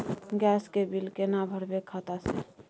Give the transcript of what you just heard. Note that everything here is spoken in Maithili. गैस के बिल केना भरबै खाता से?